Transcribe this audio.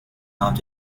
out